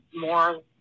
more